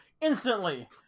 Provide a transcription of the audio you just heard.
instantly